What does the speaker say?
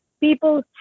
people